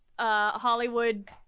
Hollywood